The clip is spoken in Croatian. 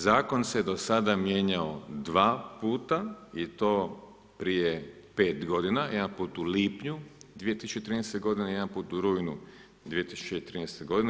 Zakon se do sada mijenjao dva puta, i to prije 5 godina, jedan put u lipnju 2013. godine, jedan put u rujnu 2013. godine.